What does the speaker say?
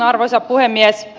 arvoisa puhemies